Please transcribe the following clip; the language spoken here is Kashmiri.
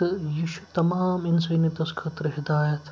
تہٕ یہِ چھُ تمام اِنسٲنیتَس خٲطرٕ ہدایت